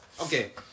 okay